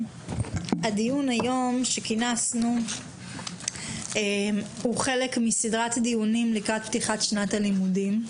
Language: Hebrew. הדיון שכינסנו היום הוא חלק מסדרת דיונים לקראת פתיחת שנת הלימודים.